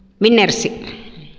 மின்னரசி